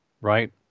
Right